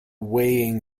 weighing